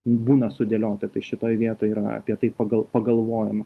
būna sudėliota tai šitoj vietoj yra apie tai pagal pagalvojama